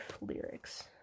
lyrics